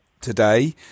today